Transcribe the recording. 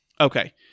Okay